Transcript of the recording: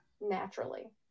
naturally